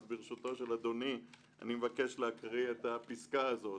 אז ברשותו של אדוני אני מבקש להקריא את הפסקה הזו.